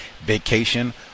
vacation